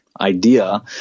idea